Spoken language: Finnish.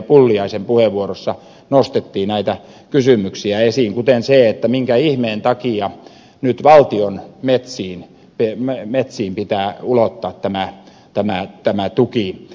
pulliaisen puheenvuorossa nostettiin esiin kuten se minkä ihmeen takia nyt valtion metsiin pitää ulottaa tämä tuki